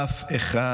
אף אחד